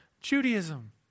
Judaism